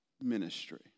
ministry